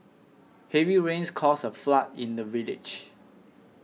heavy rains caused a flood in the village